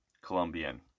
Colombian